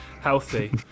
healthy